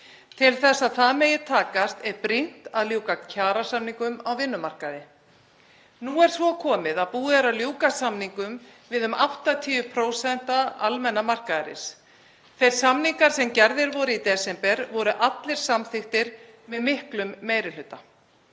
Til að það megi takast er brýnt að ljúka kjarasamningum á vinnumarkaði. Nú er svo komið að búið er að ljúka samningum við um 80% almenna markaðarins. Þeir samningar sem gerðir voru í desember voru allir samþykktir með miklum meiri hluta.